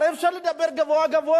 הרי אפשר לדבר לדבר גבוהה-גבוהה.